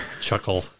chuckle